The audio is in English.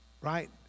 Right